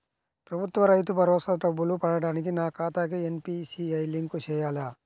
ప్రభుత్వ రైతు భరోసా డబ్బులు పడటానికి నా ఖాతాకి ఎన్.పీ.సి.ఐ లింక్ చేయాలా?